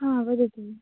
हा वदतु